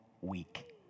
week